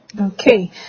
okay